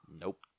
Nope